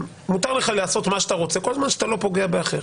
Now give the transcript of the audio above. מותר לך לעשות מה שאתה רוצה כל זמן שאתה לא פוגע באחר.